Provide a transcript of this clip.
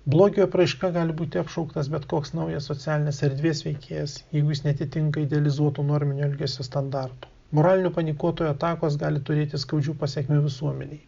blogio apraiška gali būti apšauktas bet koks naujas socialinės erdvės veikėjas jeigu jis neatitinka idealizuotų norminio elgesio standartų moralinio panikuotojo atakos gali turėti skaudžių pasekmių visuomenei